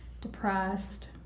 depressed